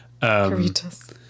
Caritas